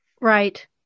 Right